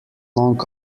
long